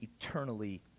eternally